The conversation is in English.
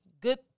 Good